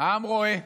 העם רואה,